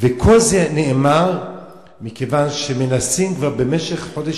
וכל זה נאמר מכיוון שמנסים כבר במשך חודש